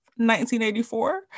1984